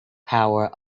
power